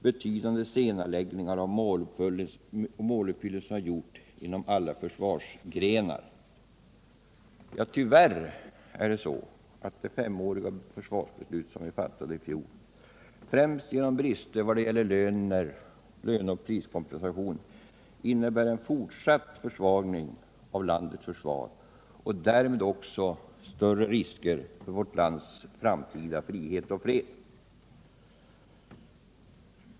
Betydande senareläggningar av måluppfyllelsen har gjorts inom alla försvarsgrenar.” Tyvärr är det så att det femåriga försvarsbeslutet som vi fattade i fjol främst genom brister ilöne och priskompensation innebär en fortsatt försvagning av landets försvar och därmed också större risker för vårt lands framtida frihet och fred.